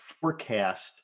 forecast